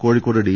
Kozhikode D